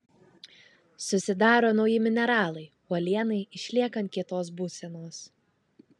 susidaro nauji mineralai uolienai išliekant kietos būsenos